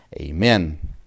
Amen